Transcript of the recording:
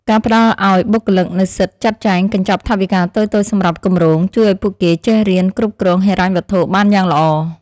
ការផ្តល់ឱ្យបុគ្គលិកនូវសិទ្ធិចាត់ចែងកញ្ចប់ថវិកាតូចៗសម្រាប់គម្រោង ជួយឱ្យពួកគេចេះរៀនគ្រប់គ្រងហិរញ្ញវត្ថុបានយ៉ាងល្អ។